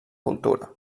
cultura